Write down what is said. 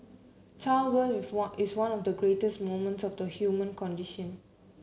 childbirth if one is one of the greatest moments of the human condition